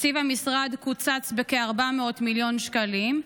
תקציב המשרד קוצץ בכ-400 מיליון שקלים.